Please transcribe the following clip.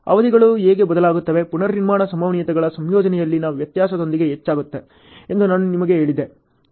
ಅವಧಿಗಳು ಹೇಗೆ ಬದಲಾಗುತ್ತವೆ ಪುನರ್ನಿರ್ಮಾಣ ಸಂಭವನೀಯತೆಗಳ ಸಂಯೋಜನೆಯಲ್ಲಿನ ವ್ಯತ್ಯಾಸದೊಂದಿಗೆ ಹೆಚ್ಚಾಗುತ್ತದೆ ಎಂದು ನಾನು ನಿಮಗೆ ಹೇಳಿದೆ